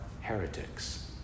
heretics